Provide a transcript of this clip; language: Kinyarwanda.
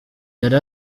yari